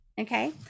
Okay